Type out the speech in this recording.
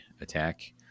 attack